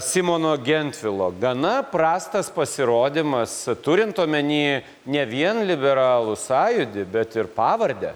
simono gentvilo gana prastas pasirodymas turint omeny ne vien liberalų sąjūdį bet ir pavardę